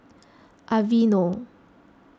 Aveeno